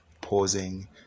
pausing